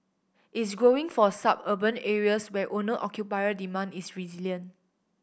is growing for suburban areas where owner occupier demand is resilient